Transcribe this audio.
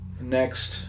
next